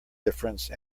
difference